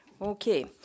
Okay